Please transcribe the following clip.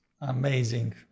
Amazing